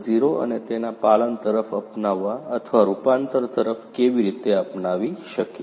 0 અને તેના પાલન તરફ અપનાવવા અથવા રૂપાંતર તરફ કેવી રીતે અપનાવી શકીએ